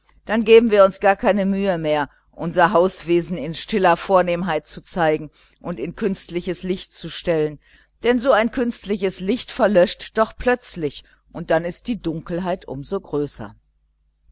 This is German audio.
dann geben wir uns gar keine mühe mehr unser hauswesen in stiller vornehmheit zu zeigen und in künstliches licht zu stellen denn so ein künstliches licht verlöscht doch plötzlich und dann ist die dunkelheit um so größer